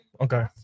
okay